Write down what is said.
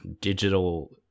digital